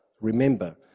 Remember